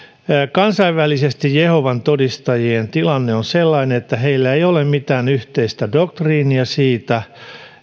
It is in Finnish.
kansainvälisesti jehovan todistajien tilanne on sellainen että heillä ei ole mitään yhteistä doktriinia siitä